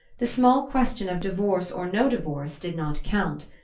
the small question of divorce or no divorce did not count.